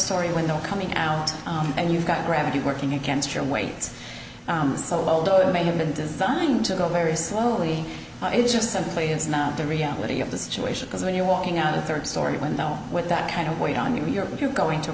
story window coming out and you've got gravity working against your weight so although it may have been designed to go very slowly it just simply is not the reality of the situation because when you're walking out a third story window with that kind of weight on you you're going to